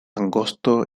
angosto